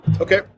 Okay